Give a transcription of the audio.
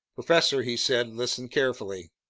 professor, he said, listen carefully.